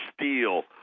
steel